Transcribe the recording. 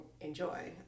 enjoy